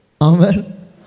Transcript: Amen